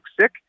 sick